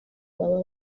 baba